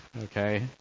okay